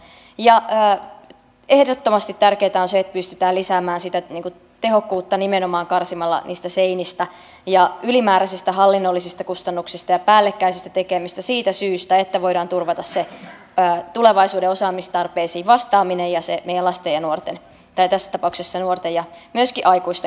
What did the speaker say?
ja ehdottomasti tärkeää on se että pystytään lisäämään tehokkuutta nimenomaan karsimalla niistä seinistä ja ylimääräisistä hallinnollisista kustannuksista ja päällekkäisistä tekemisistä siitä syystä että voidaan turvata tulevaisuuden osaamistarpeisiin vastaaminen ja meidän lasten ja nuorten tai tässä tapauksessa nuorten ja myöskin aikuisten koulutus